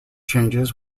changes